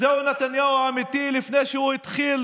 זהו נתניהו האמיתי, לפני שהוא התחיל